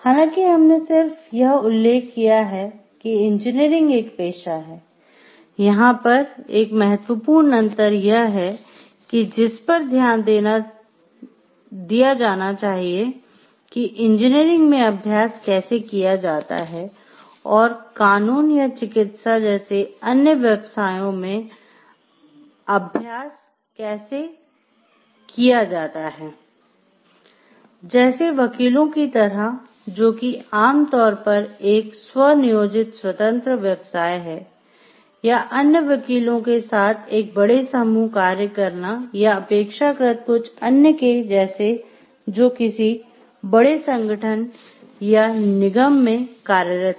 हालांकि हमने सिर्फ यह उल्लेख किया है कि इंजीनियरिंग एक पेशा है यहाँ पर एक महत्वपूर्ण अंतर यह है जिस पर ध्यान देना दिया जाना चाहिए कि इंजीनियरिंग मे अभ्यास कैसे किया जाता है और कानून या चिकित्सा जैसे अन्य व्यवसायों मे अभ्यास कैसे किया जाता है जैसे वकीलों की तरह जो कि आम तौर पर एक स्व नियोजित स्वतंत्र व्यवसाय है या अन्य वकीलों के साथ एक बड़े समूह कार्य करना या अपेक्षाकृत कुछ अन्य के जैसे जो किसी बड़े संगठन या निगम मे कार्यरत हैं